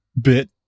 bit